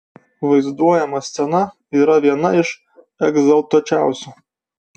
vaizduojama scena yra viena iš egzaltuočiausių